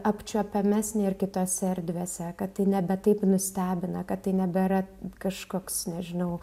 apčiuopiamesnė ir kitose erdvėse kad tai nebe taip nustebina kad tai nebėra kažkoks nežinau